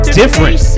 different